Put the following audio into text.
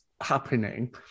happening